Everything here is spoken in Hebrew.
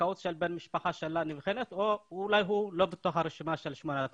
הזכאות של בן המשפחה שלה נבחנת או אולי הוא לא ברשימת ה-8,000.